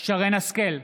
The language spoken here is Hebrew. שרן מרים השכל,